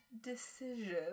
decision